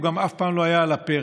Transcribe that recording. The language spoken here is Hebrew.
הוא גם אף פעם לא היה על הפרק.